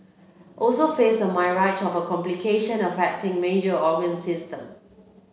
also face a myriad of complication affecting major organ system